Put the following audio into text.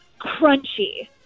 crunchy